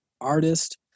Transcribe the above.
artist